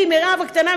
מירב הקטנה,